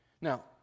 Now